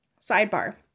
sidebar